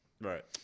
right